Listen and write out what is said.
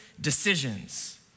decisions